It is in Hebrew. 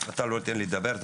אתה לא נותן לי לדבר.